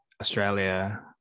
Australia